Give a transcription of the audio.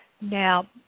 Now